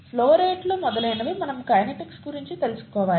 flow రేట్లు మొదలైనవి మనం కైనెటిక్స్ గురించి తెలుసుకోవాలి